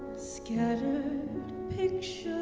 scattered pictures